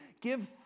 give